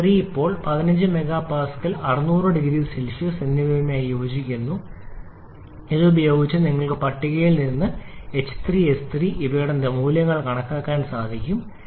point 3 ഇപ്പോൾ 15 MPa 600 OC എന്നിവയുമായി യോജിക്കുന്നു ഇത് ഉപയോഗിച്ച് നിങ്ങൾക്ക് പട്ടികയിൽ നിന്ന് h3 s3 എന്നിവയുടെ മൂല്യം ലഭിക്കും